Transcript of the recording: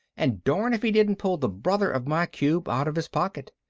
and darn if he didn't pull the brother of my cube out of his pocket.